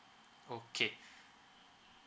okay